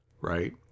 right